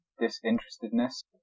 disinterestedness